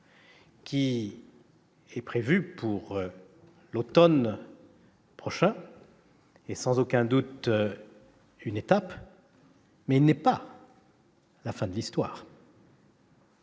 prévu pour l'automne prochain est, sans aucun doute, une étape, mais il n'est pas la fin de l'histoire.